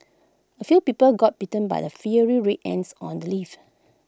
A few people got bitten by the fiery red ants on the leaves